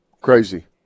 Crazy